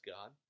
God